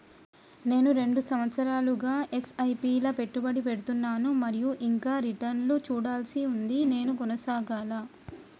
నేను రెండు సంవత్సరాలుగా ల ఎస్.ఐ.పి లా పెట్టుబడి పెడుతున్నాను మరియు ఇంకా రిటర్న్ లు చూడాల్సి ఉంది నేను కొనసాగాలా?